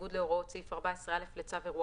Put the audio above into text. בניגוד להוראות סעיף 4(א) לצו אירוע